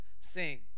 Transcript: sing